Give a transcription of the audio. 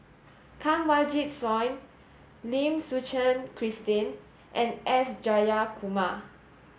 Kanwaljit Soin Lim Suchen Christine and S Jayakumar